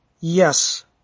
Yes